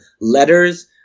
letters